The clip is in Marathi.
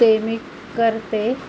ते मी करते